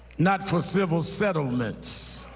not for civil settlements.